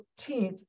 14th